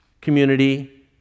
community